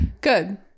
Good